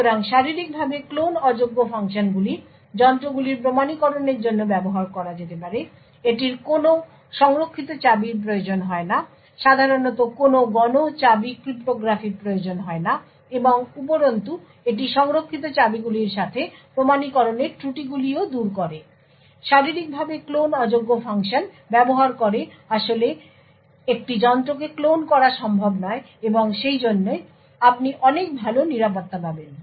সুতরাং শারীরিকভাবে ক্লোন অযোগ্য ফাংশনগুলি যন্ত্রগুলির প্রমাণীকরণের জন্য ব্যবহার করা যেতে পারে এটির জন্য কোনও সংরক্ষিত চাবির প্রয়োজন হয় না সাধারণত কোনও গণ চাবি ক্রিপ্টোগ্রাফির প্রয়োজন হয় না এবং উপরন্তু এটি সংরক্ষিত চাবিগুলির সাথে প্রমাণীকরণের ত্রুটিগুলিও দূর করে । সুতরাং শারীরিকভাবে ক্লোন অযোগ্য ফাংশন ব্যবহার করে আসলে একটি যন্ত্রকে ক্লোন করা সম্ভব নয় এবং সেইজন্য আপনি অনেক ভালো নিরাপত্তা পাবেন